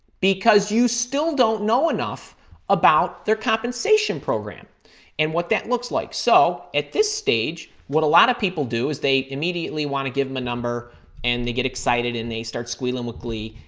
you still don't know enough about their compensation program and what that looks like. so, at this stage, what a lot of people do is they immediately want to give them a number and they get excited and they start squealing with glee.